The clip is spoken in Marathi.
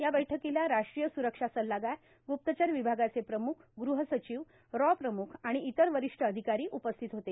या बैठकीला राष्ट्रीय सुरक्षा सल्लागार गुप्तचर विभागाचे प्रमुख गृहसचिव रॉ प्रमुख आणि इतर वरिष्ठ अधिकारी उपस्थित होते